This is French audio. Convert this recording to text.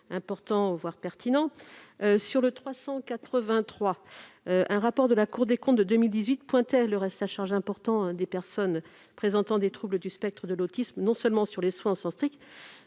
S'agissant de l'amendement n° 383, un rapport de la Cour des comptes de 2018 pointe le reste à charge important des personnes présentant des troubles du spectre de l'autisme, non seulement sur les soins au sens strict,